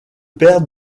père